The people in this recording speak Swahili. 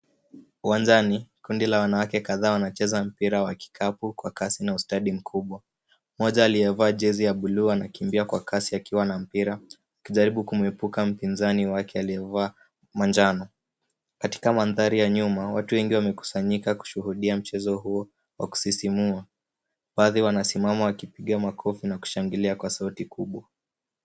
Uwanjani kundi la wanawake kadhaa wanacheza mpira wa kikapu kwa kasi na ustadi mkubwa. Mmoja aliyevaa jezi ya buluu anakimbia kwa kasi akiwa na mpira akijaribu kumwepuka mpinzani wake aliyevaa manjano. Katika mandhari ya nyuma, watu wengi wamekusanyika kushuhudia mchezo huo wa kusisimua. Baadhi wanasimama wakipiga makofi na kushangilia kwa sauti kubwa.